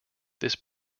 this